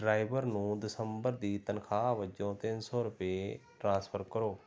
driver ਨੂੰ ਦਸੰਬਰ ਦੀ ਤਨਖਾਹ ਵਜੋਂ ਤਿੰਨ ਸੌ ਰੁਪਏ ਟ੍ਰਾਂਸਫਰ ਕਰੋ